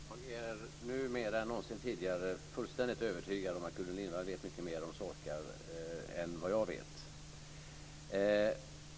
Fru talman! Jag är nu mer än någonsin tidigare övertygad om att Gudrun Lindvall vet mycket mer om sorkar än vad jag vet.